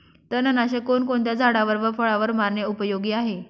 तणनाशक कोणकोणत्या झाडावर व फळावर मारणे उपयोगी आहे?